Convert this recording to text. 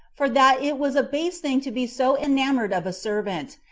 for that it was a base thing to be so enamored of a servant,